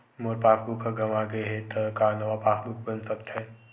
मोर passbook ह गंवा गे हे त का नवा पास बुक बन सकथे?